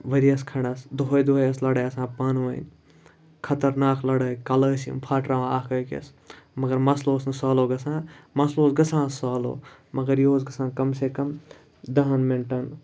ؤریَس کھَنٛڈَس دۄہَے دۄہَے ٲس لَڑٲے آسان پانہٕ ؤنۍ خطرناک لَڑٲے کَلہٕ ٲسۍ یِم پھاٹراوان اَکھ أکِس مگر مسلہٕ اوس نہٕ سالوٗ گژھان مسلہٕ اوس گژھان سالوٗ مگر یہِ اوس گژھان کَم سے کَم دَہَن مِنٹَن